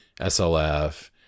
SLF